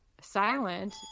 silent